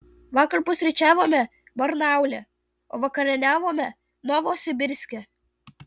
vakar pusryčiavome barnaule o vakarieniavome novosibirske